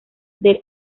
del